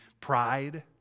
pride